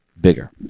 bigger